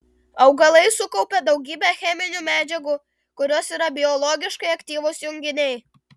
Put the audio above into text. augalai sukaupia daugybę cheminių medžiagų kurios yra biologiškai aktyvūs junginiai